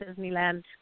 Disneyland